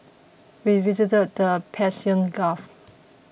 we visited the Persian Gulf